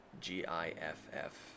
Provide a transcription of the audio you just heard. G-I-F-F